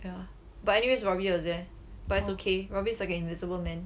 yeah but anyways robbie was there but it's okay robbie's like a invisible man